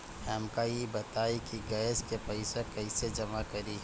हमका ई बताई कि गैस के पइसा कईसे जमा करी?